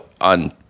on